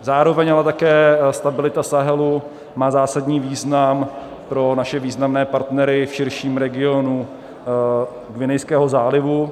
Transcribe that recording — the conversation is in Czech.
Zároveň ale také stabilita Sahelu má zásadní význam pro naše významné partnery v širším regionu Guinejského zálivu.